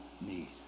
need